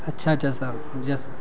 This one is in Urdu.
اچھا اچھا سر یس سر